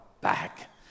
back